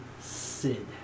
Sid